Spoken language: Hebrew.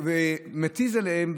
מתיזה עליהם,